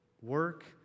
Work